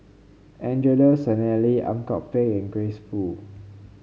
Angelo Sanelli Ang Kok Peng and Grace Fu